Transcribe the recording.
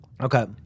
okay